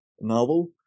novel